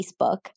Facebook